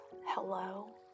hello